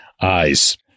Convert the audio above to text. eyes